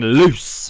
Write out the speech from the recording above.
loose